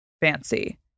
fancy